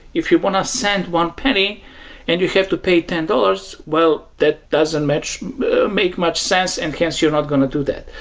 if you want to send one penny and you have to pay ten dollars, well that doesn't make much sense and, hence, you're not going to do that.